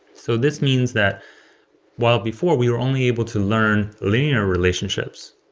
so this means that while before we were only able to learn linear relationships,